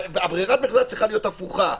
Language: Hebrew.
ברירת המחדל צריכה להיות הפוכה.